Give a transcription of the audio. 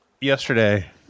yesterday